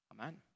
Amen